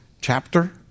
chapter